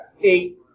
eight